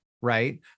right